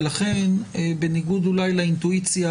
בניגוד לאינטואיציה,